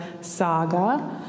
saga